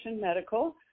medical